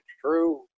true